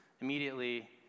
immediately